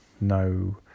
no